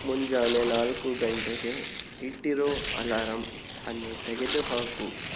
ಮುಂಜಾನೆ ನಾಲ್ಕು ಗಂಟೆಗೆ ಇಟ್ಟಿರೋ ಅಲರಾಂ ಅನ್ನು ತೆಗೆದು ಹಾಕು